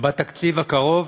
בתקציב הקרוב